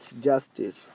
justice